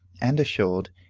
and assured,